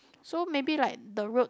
so maybe like the road